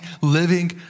living